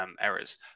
errors